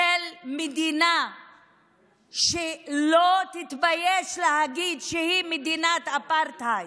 של מדינה שלא תתבייש להגיד שהיא מדינת אפרטהייד.